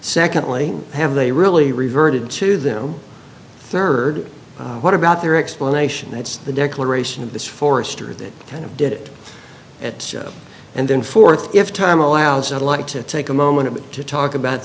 secondly have they really reverted to them third what about their explanation that's the declaration of this forester that kind of did it and then fourth if time allows i'd like to take a moment to talk about